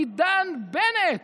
עידן בנט,